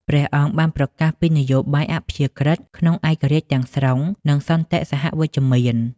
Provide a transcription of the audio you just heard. ព្រះអង្គបានប្រកាសពីនយោបាយអព្យាក្រឹតក្នុងឯករាជ្យទាំងស្រុង និងសន្តិសហវិជ្ជមាន។